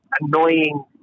annoying